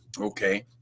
okay